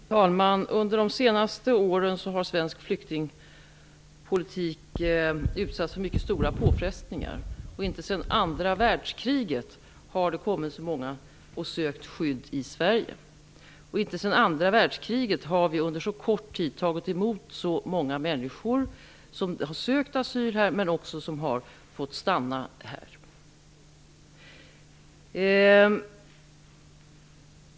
Fru talman! Under de senaste åren har svensk flyktingpolitik utsatts för mycket stora påfrestningar. Inte sedan andra världskriget har det kommit så många som sökt skydd i Sverige. Inte sedan andra världskriget har vi under så kort tid tagit emot så många människor som sökt asyl här och som också har fått stanna här.